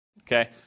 okay